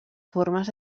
formes